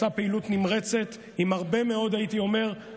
ועשה פעילות נמרצת עם הרבה מאוד אנרגיה,